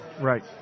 Right